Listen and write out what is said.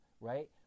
right